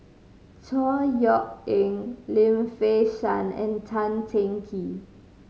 Chor Yeok Eng Lim Fei Shen and Tan Teng Kee